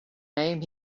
name